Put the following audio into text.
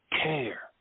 care